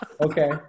okay